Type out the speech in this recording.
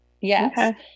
yes